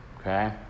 okay